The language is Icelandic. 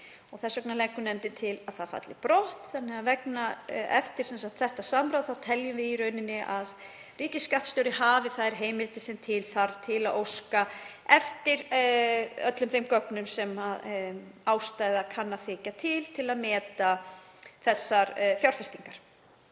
Þess vegna leggur nefndin til að það falli brott vegna þess að eftir þetta samráð teljum við að ríkisskattstjóri hafi þær heimildir sem til þarf til að óska eftir öllum þeim gögnum sem ástæða þykir til til að meta þessar fjárfestingar.